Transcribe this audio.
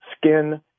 skin